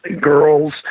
girls